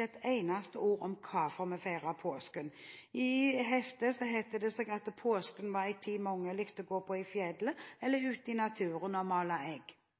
et eneste ord om hvorfor vi feirer påsken. I heftet het det seg at påsken er en tid da mange liker å være på fjellet og gå i naturen, eller male egg. Forlaget innrømmet først, ifølge Vårt Land den 25. oktober i